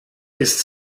ist